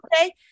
Okay